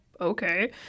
okay